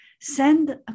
Send